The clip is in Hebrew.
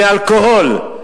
מאלכוהול.